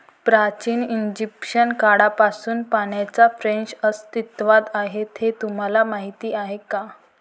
प्राचीन इजिप्शियन काळापासून पाण्याच्या फ्रेम्स अस्तित्वात आहेत हे तुम्हाला माहीत आहे का?